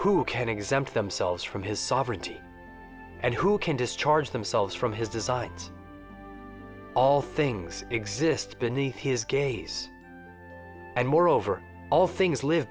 who can exempt themselves from his sovereignty and who can discharge themselves from his designs all things exist beneath his gaze and moreover all things live